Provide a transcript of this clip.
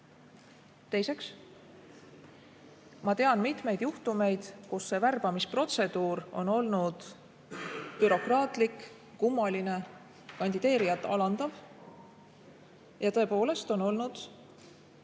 Teiseks, ma tean mitmeid juhtumeid, kus see värbamisprotseduur on olnud bürokraatlik, kummaline, kandideerijat alandav. Ja tõepoolest on olnud